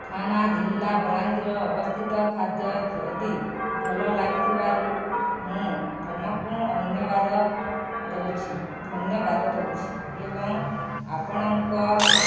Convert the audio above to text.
ଥାନା ଜିଲ୍ଲା ବଲାଙ୍ଗୀର ଅବସ୍ଥିତ ଖାଦ୍ୟ ଯଦି ଭଲ ଲାଗିଥିବାରୁ ମୁଁ ତୁମକୁ ଅନ୍ୟବାଦ ଦେଉଛି ଧନ୍ୟବାଦ ଦେଉଛି ଏବଂ ଆପଣଙ୍କ